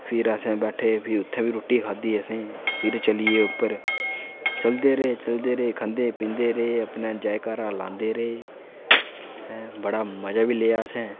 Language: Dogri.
फिर असें बैठे फिर उत्थै बी रुट्टी खाद्धी असें फिर चली गे उप्पर चलदे रेह् चलदे रेह् खंदे पींदे रेह् अपने जैकारा लांदे रेह् बड़ा मजा बी लेआ असें